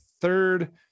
third